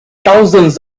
thousands